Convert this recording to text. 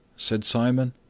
said simon.